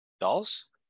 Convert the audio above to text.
Dolls